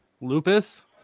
Lupus